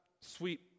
sweet